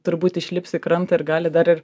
turbūt išlips į krantą ir gali dar ir